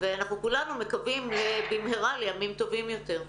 ואנחנו כולנו מקווים במהרה לימים טובים יותר.